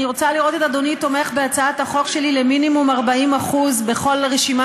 אני רוצה לראות את אדוני תומך בהצעת החוק שלי למינימום 40% בכל רשימה